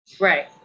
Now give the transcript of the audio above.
Right